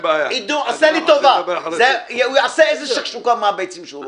הוא יעשה איזה שקשוקה מהביצים שהוא רוצה.